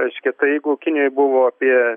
reiškia tai jeigu kinijoj buvo apie